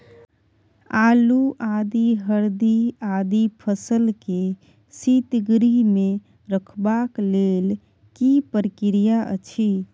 आलू, आदि, हरदी आदि फसल के शीतगृह मे रखबाक लेल की प्रक्रिया अछि?